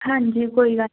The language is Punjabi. ਹਾਂਜੀ ਕੋਈ ਗੱਲ